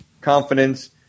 confidence